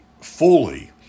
fully